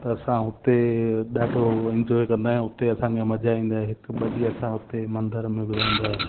त असां उते ॾाढो इंजॉय कंदा आहियूं उते असांखे मज़ा ईंदी आहे हिकु ॿ ॾींहं असां उते मंदर में बि रहंदा आहियूं